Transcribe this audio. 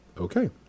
Okay